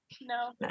no